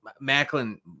Macklin